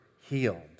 healed